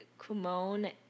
Kumon